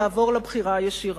לעבור לבחירה הישירה.